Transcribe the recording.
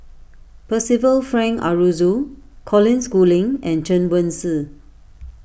Percival Frank Aroozoo Colin Schooling and Chen Wen Hsi